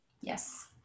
Yes